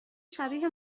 شبیه